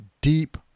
deep